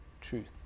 truth